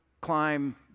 climb